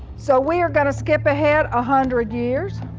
so we are going to skip ahead a hundred years.